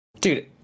dude